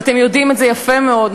ואתם יודעים את זה יפה מאוד,